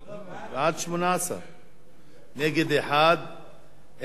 בעד, בעד, 18. נגד, 1. אין נמנעים.